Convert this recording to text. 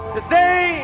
Today